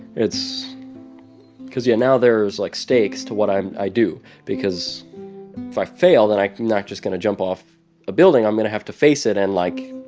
it's because yeah now there's, like, stakes to what i do because if i fail, then i'm not just going to jump off a building. i'm going to have to face it and, like,